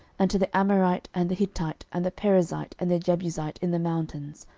and to the amorite, and the hittite, and the perizzite, and the jebusite in the mountains,